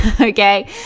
okay